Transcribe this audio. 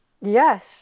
Yes